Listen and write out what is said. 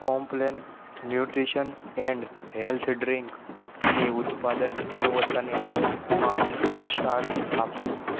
complain nutrition and health ડ્રીંકની ઉત્પાદન ગુણવત્તાને પાંચ સ્ટાર્સ આપો